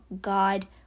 God